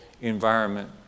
environment